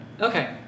Okay